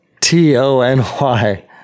T-O-N-Y